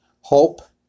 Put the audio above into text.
hope